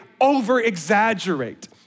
over-exaggerate